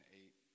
eight